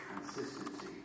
consistency